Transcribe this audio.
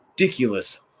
ridiculous